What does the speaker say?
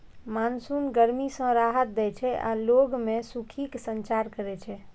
monsoon गर्मी सं राहत दै छै आ लोग मे खुशीक संचार करै छै